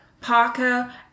Parker